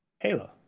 Halo